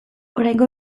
oraingo